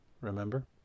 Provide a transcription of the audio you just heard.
remember